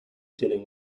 dealing